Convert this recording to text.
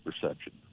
perception